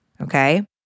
okay